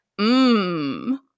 Mmm